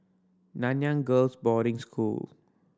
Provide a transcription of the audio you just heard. Nanyang Girls' Boarding School